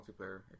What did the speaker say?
multiplayer